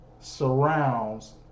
surrounds